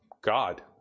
God